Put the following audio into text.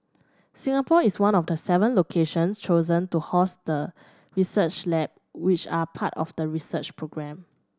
Singapore is one of seven locations chosen to host the research lab which are part of the research programme